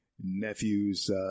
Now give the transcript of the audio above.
nephew's